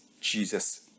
Jesus